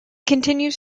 continues